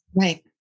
right